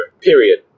period